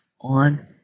on